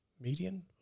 median